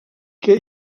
què